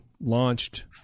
launched